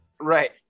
right